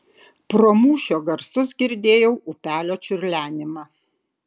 pro mūšio garsus girdėjau upelio čiurlenimą